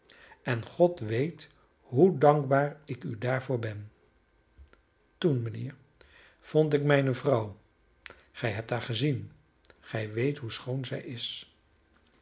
en god weet hoe dankbaar ik u daarvoor ben toen mijnheer vond ik mijne vrouw gij hebt haar gezien gij weet hoe schoon zij is